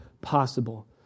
possible